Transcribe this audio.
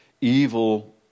evil